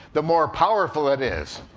the more powerful it is.